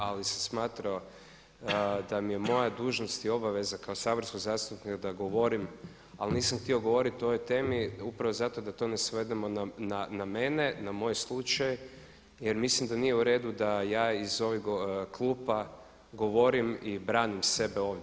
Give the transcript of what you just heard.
Ali sam smatrao da mi je moja dužnost i obaveza kao saborskog zastupnika da govorim, ali nisam htio govoriti o ovoj temi upravo zato da to ne svedemo na mene, na moj slučaj jer mislim da nije u redu da ja iz ovih klupa govorim i branim sebe ovdje.